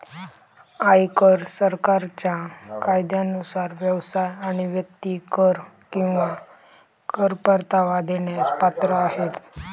आयकर सरकारच्या कायद्यानुसार व्यवसाय आणि व्यक्ती कर किंवा कर परतावा देण्यास पात्र आहेत